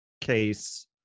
case